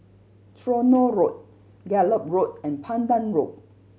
Tronoh Road Gallop Road and Pandan Road